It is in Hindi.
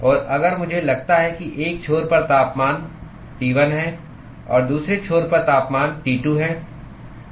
और अगर मुझे लगता है कि एक छोर पर तापमान T1 है और दूसरे छोर पर T2 है